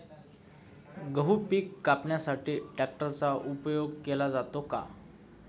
गहू पिके कापण्यासाठी ट्रॅक्टरचा उपयोग केला जातो का?